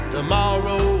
Tomorrow